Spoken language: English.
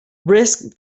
risked